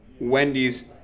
Wendy's